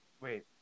wait